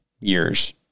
years